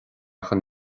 chun